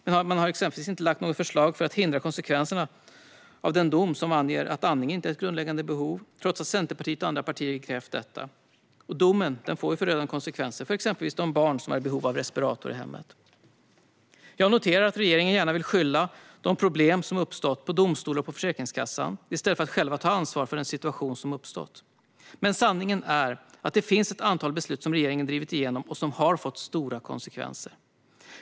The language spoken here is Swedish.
Men man har exempelvis inte lagt fram något förslag för att hindra konsekvenserna av den dom som anger att andning inte är ett grundläggande behov, trots att Centerpartiet och andra partier krävt detta. Domen får förödande konsekvenser för exempelvis de barn som är i behov av respirator i hemmet. Jag noterar att regeringen gärna vill skylla de problem som uppstått på domstolar och på Försäkringskassan, i stället för att själv ta ansvar för den situation som uppstått. Men sanningen är att regeringen har drivit igenom ett antal beslut som har fått stora konsekvenser.